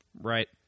right